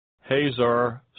Hazar